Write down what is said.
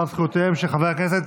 חברי הכנסת,